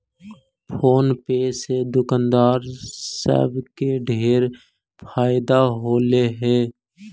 phone पे से दुकानदार सब के ढेर फएदा होलई हे